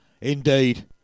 indeed